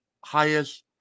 highest